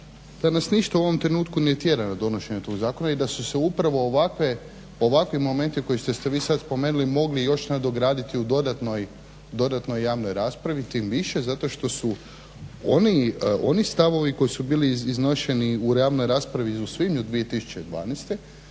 da nas ništa u ovom trenutku ne tjera na donošenje tog zakona i da su se upravo ovakve, ovakvi momenti koje ste vi sad spomenuli mogli još nadograditi u dodatnoj javnoj raspravi, tim više što zato što su oni stavovi koji su bili iznošeni u javnoj raspravi i u svibnju 2012.